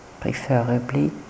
preferably